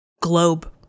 globe